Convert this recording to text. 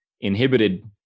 inhibited